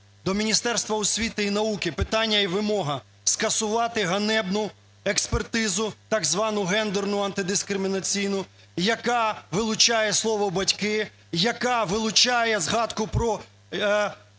До Міністерства освіти і науки питання і вимога скасувати ганебну експертизу так звану гендерну антидискримінаційну, яка вилучає слово "батьки", яка вилучає згадку про